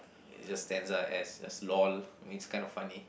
it just stands like as as lol it's kinda funny